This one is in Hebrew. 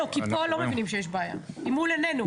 לא, כי פה לא מבינים שיש בעיה, היא מול עינינו.